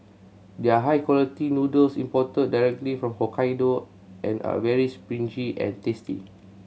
their high quality noodles imported directly from Hokkaido and are very springy and tasty